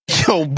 yo